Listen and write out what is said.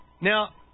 Now